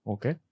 Okay